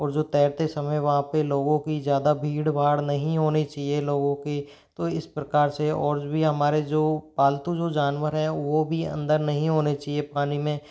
और जो तैरते समय वहाँ पे लोगों की ज़्यादा भीड़ भाड़ नहीं होनी चाहिए लोगों की तो इस प्रकार से और भी हमारे जो पालतू जो जानवर हैं वो भी अंदर नही होने चाहिए पानी में